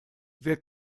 wir